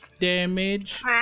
Damage